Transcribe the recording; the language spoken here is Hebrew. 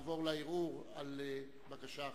נעבור לערעור על בקשה אחרת.